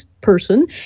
person